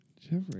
Jeffrey